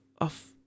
off